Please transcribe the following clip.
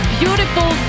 beautiful